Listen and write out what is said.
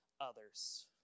others